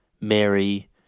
Mary